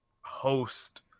host